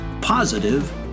Positive